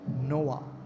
Noah